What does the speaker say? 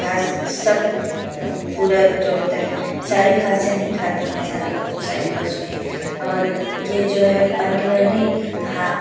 घास सब पूरा जो होता है सारी घासें नहीं खाती हैं सारी सारी पशुऍं और ये जो है पन्नी वन्नी तो हाँ